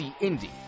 Indy